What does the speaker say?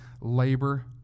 labor